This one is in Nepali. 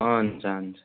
हुन्छ हुन्छ